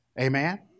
Amen